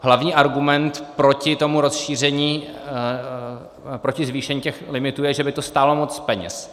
Hlavní argument proti tomu rozšíření, proti zvýšení těch limitů je, že by to stálo moc peněz.